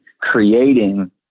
creating